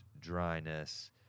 dryness